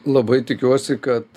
labai tikiuosi kad